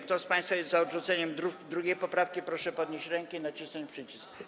Kto z państwa jest za odrzuceniem 2. poprawki, proszę podnieść rękę i nacisnąć przycisk.